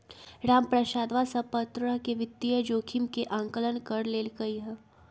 रामप्रसादवा सब प्तरह के वित्तीय जोखिम के आंकलन कर लेल कई है